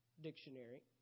dictionary